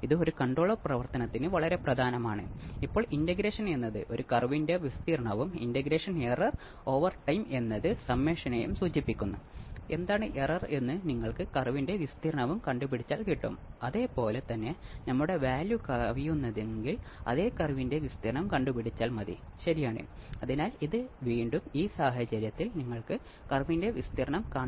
ഇരുപത്തിയൊമ്പതും beta 129 ഉം ആയിരിക്കണമെന്ന് അറിയാം പ്രധാന കാര്യം നേട്ടവുമായി താരതമ്യപ്പെടുത്തുമ്പോൾ ബീറ്റ വളരെ ചെറുതാണെന്ന് നിങ്ങൾ കാണുന്നു